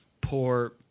poor